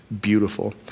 Beautiful